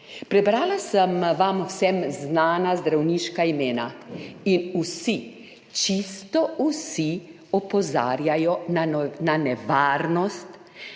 Prebrala sem vam vsem znana zdravniška imena in vsi, čisto vsi opozarjajo na nevarnost